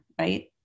right